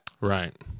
Right